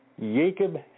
Jacob